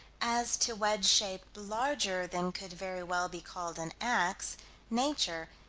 as to wedge-shape larger than could very well be called an ax nature,